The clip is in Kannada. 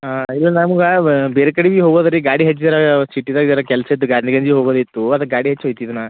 ಹಾಂ ಇದು ನಮ್ಗ ಬ ಬೇರೆ ಕಡಿಗೆ ಹೋಗೋದು ರೀ ಗಾಡಿ ಹೆಚ್ಚಿರ್ದಗ ಚೀಟಿದಗರ ಕೆಲಸ ಇತ್ತು ಗಾಡ್ನಿ ಗಂಜಿ ಹೋಗದಿತ್ತು ಅದಕ್ಕೆ ಗಾಡಿ ಹೆಚ್ಚು ಹೋಯ್ತು ಇದನ